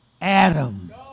Adam